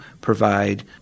provide